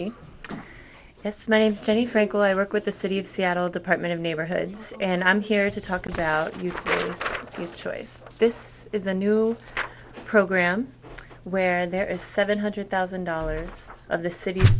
yes my name's jenny frankel i work with the city of seattle department of neighborhoods and i'm here to talk about the choice this is a new program where there is seven hundred thousand dollars of the cit